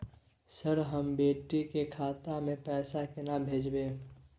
Sir, हम बेटी के खाता मे पैसा केना भेजब?